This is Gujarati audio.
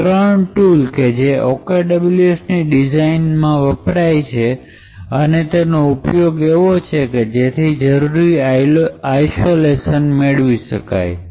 ૩ ટૂલ કે જે OKWS ની ડિઝાઇન માં વપરાય છે તેનો ઉપયોગ એવો છે કે તેનાથી જરૂરી isolation મેળવી શકાય છે